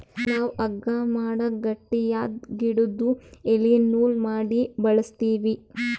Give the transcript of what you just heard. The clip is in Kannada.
ನಾವ್ ಹಗ್ಗಾ ಮಾಡಕ್ ಗಟ್ಟಿಯಾದ್ ಗಿಡುದು ಎಲಿ ನೂಲ್ ಮಾಡಿ ಬಳಸ್ತೀವಿ